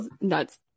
nuts